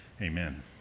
Amen